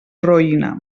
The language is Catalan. roïna